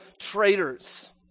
traitors